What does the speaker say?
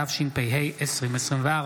התשפ"ה 2024,